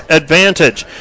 advantage